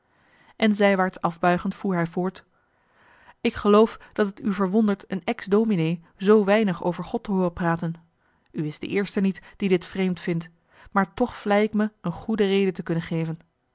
en zijwaarts afbuigend voer hij voort ik geloof dat het u verwondert een ex dominee zoo weinig over god te hooren praten u is de eerste niet die dit vreemd vindt maar toch vlei ik me een goede reden te kunnen geven